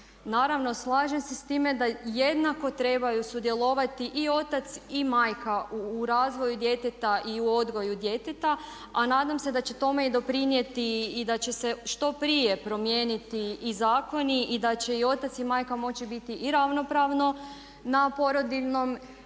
Naravno slažem se s time da jednako trebaju sudjelovati i otac i majka u razvoju djeteta i u odgoju djeteta, a nadam se da će tome i doprinijeti i da će se što prije promijeniti i zakoni i da će i otac i majka moći biti i ravnopravno na porodiljnom